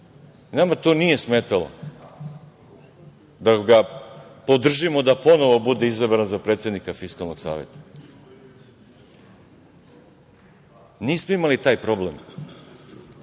Nama to nije smetalo da ga podržimo da ponovo bude izabran za predsednika Fiskalnog saveta. Nismo imali taj problem.E,